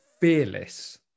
fearless